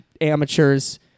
amateurs